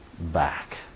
back